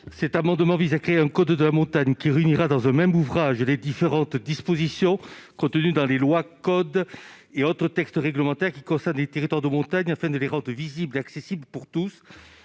montagnards, vise à créer un code de la montagne. Celui-ci réunirait, dans un même ouvrage, les différentes dispositions contenues dans les lois, codes et autres textes réglementaires qui concernent les territoires de montagne, afin de les rendre visibles et accessibles à tous.